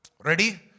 Ready